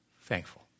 thankful